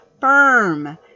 firm